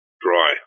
dry